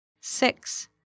Six